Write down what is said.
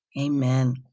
Amen